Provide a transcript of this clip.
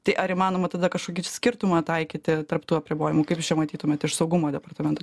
tai ar įmanoma tada kažkokį ir skirtumą taikyti tarp tų apribojimų kaip jūs čia matytumėt iš saugumo departamento